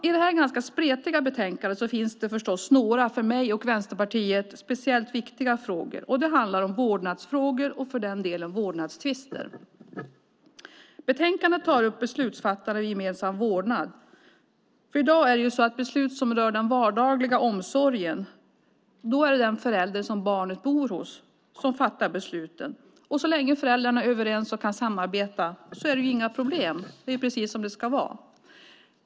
I det här ganska spretiga betänkandet finns det förstås några för mig och Vänsterpartiet speciellt viktiga frågor. Det handlar om vårdnadsfrågor och för den delen vårdnadstvister. I betänkandet tar man upp beslutsfattande vid gemensam vårdnad. När det gäller beslut som rör den vardagliga omsorgen är det i dag den förälder som barnet bor hos som fattar besluten. Så länge föräldrarna är överens och kan samarbeta är det inga problem. Det är precis som det ska vara.